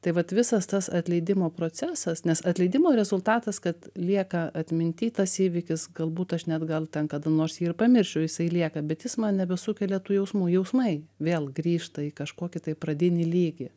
tai vat visas tas atleidimo procesas nes atleidimo rezultatas kad lieka atminty tas įvykis galbūt aš net gal ten kada nors jį ir pamiršiu jisai lieka bet jis man nebesukelia tų jausmų jausmai vėl grįžta į kažkokį tai pradinį lygį